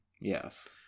Yes